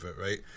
right